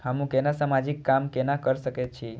हमू केना समाजिक काम केना कर सके छी?